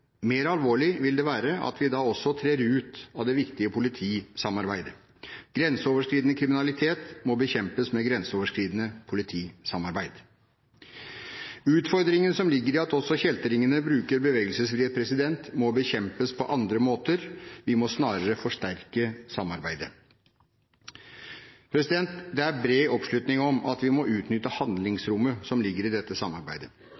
Mer alvorlig vil det være at vi da også trer ut av det viktige politisamarbeidet. Grenseoverskridende kriminalitet må bekjempes med grenseoverskridende politisamarbeid. Utfordringene som ligger i at også kjeltringene bruker bevegelsesfrihet, må bekjempes på andre måter. Vi må snarere forsterke samarbeidet. Det er bred oppslutning om at vi må utnytte handlingsrommet som ligger i dette samarbeidet.